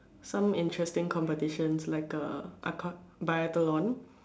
some interesting competitions like uh aco~ biathlon